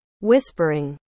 Whispering